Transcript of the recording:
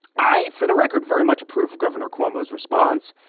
i, for the record, very much approve of governor cuomo's response.